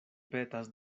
petas